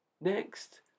Next